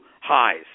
highs